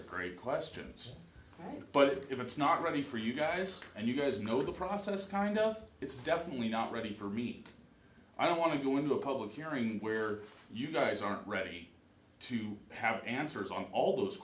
are great questions but if it's not ready for you guys and you guys know the process it's kind of it's definitely not ready for me i don't want to go in the public hearing where you guys aren't ready to have answers on all those